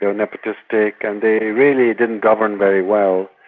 they nepotistic and they really didn't govern very well.